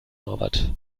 norbert